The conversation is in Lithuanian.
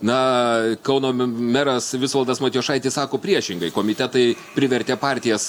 na kauno me meras visvaldas matijošaitis sako priešingai komitetai privertė partijas